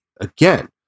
again